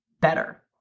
better